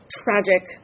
tragic